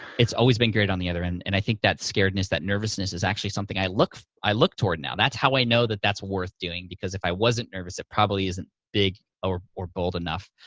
it's always been great on the other end, and i think that scaredness, that nervousness is actually something i look i look toward now. that's how i know that that's worth doing, because if i wasn't nervous, it probably isn't big or or bold enough.